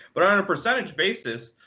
but on a percentage basis,